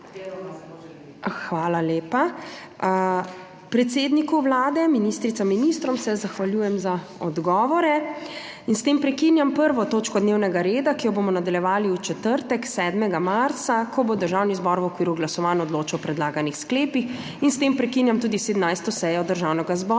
Hvala lepa. Predsedniku Vlade, ministricam, ministrom se zahvaljujem za odgovore. S tem prekinjam 1. točko dnevnega reda, ki jo bomo nadaljevali v četrtek, 7. marca, ko bo Državni zbor v okviru glasovanj odločal o predlaganih sklepih. S tem prekinjam tudi 17. sejo Državnega zbora,